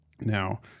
Now